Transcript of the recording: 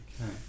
okay